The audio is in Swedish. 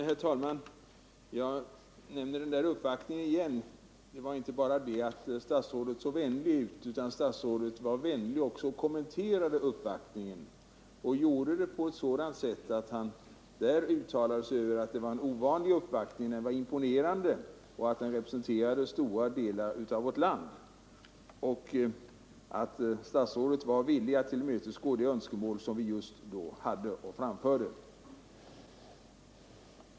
Herr talman! Jag nämner uppvaktningen igen. Statsrådet såg inte bara vänlig ut, utan statsrådet var också vänlig att kommentera uppvaktningen. Han uttalade att det var en ovanlig och imponerande uppvaktning, att den representerade stora delar av vårt land och att han var villig att tillmötesgå de önskemål som vi just då framförde.